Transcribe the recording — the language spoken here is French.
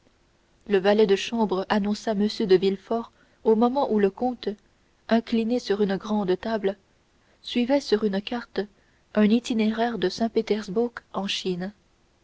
le valet de chambre annonça m de villefort au moment où le comte incliné sur une grande table suivait sur une carte un itinéraire de saint-pétersbourg en chine